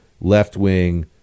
left-wing